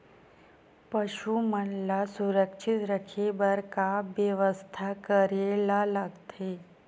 पशु मन ल सुरक्षित रखे बर का बेवस्था करेला लगथे?